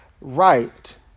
right